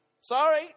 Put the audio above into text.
Sorry